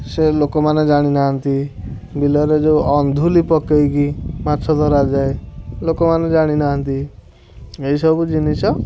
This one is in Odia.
ସେ ଲୋକମାନେ ଜାଣିନାହାଁନ୍ତି ବିଲରେ ଯେଉଁ ଅନ୍ଧୁଲି ପକାଇକି ମାଛ ଧରାଯାଏ ଲୋକମାନେ ଜାଣିନାହାଁନ୍ତି ଏହିସବୁ ଜିନିଷ